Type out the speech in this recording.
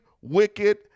wicked